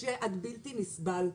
קשה עד בלתי נסבל,